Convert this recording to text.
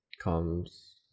comes